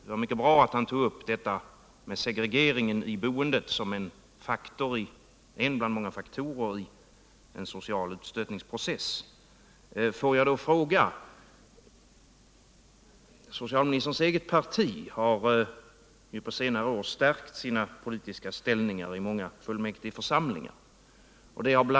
Det var mycket bra att han tog upp segregeringen i boendet som en bland många faktorer i en social utstötningsprocess. Socialministerns eget parti har på senare tid stärkt sina politiska ställningar i många fullmäktigeförsamlingar.